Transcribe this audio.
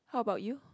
how about you